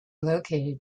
located